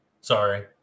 sorry